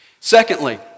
Secondly